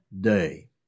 day